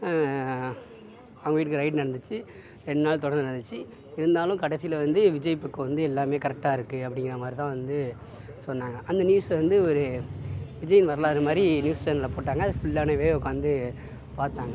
அவங்க வீட்டுக்கு ரைடு நடந்துச்சு ரெண்டு நாள் தொடர்ந்து நடந்துச்சு இருந்தாலும் கடைசியில் வந்து விஜய் பக்கம் வந்து எல்லாமே கரெக்டாக இருக்குது அப்படிங்கிற மாதிரி தான் வந்து சொன்னாங்கள் அந்த நியூஸை வந்து ஒரு விஜய்யின் வரலாறு மாதிரி நியூஸ் சேனல்ல போட்டாங்கள் அதை ஃபுல்லானவே உட்காந்து பார்த்தாங்க